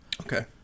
Okay